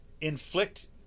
inflict